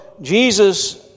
Jesus